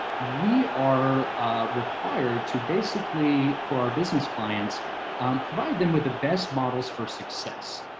we are required to basically for our business clients provide them with the best models for success.